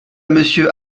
monsieur